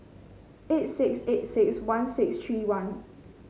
eight six eight six one six three one